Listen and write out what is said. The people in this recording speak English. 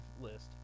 list